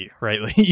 right